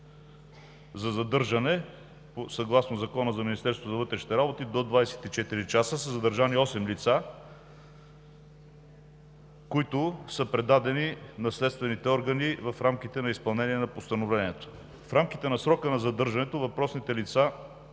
за задържане, съгласно Закона за Министерство на вътрешните работи, до 24 часа са задържани осем лица, които са предадени на следствените органи в рамките на изпълнение на Постановлението. В рамките на срока на задържането въпросните лица